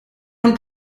von